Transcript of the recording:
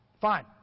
fine